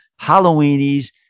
Halloweenies